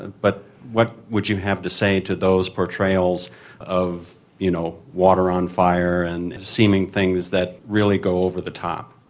but what would you have to say to those portrayals of you know water on fire and seeming things that really go over the top?